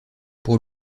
pour